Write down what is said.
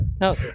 no